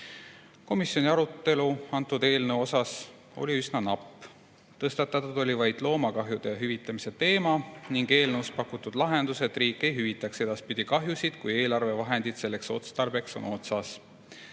Paal. Komisjoni arutelu selle eelnõu üle oli üsna napp. Tõstatatud oli vaid loomakahjude hüvitamise teema, sest eelnõus on pakutud lahendus, et riik ei hüvitaks edaspidi kahjusid, kui eelarvevahendid selleks otstarbeks on otsas.